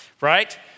right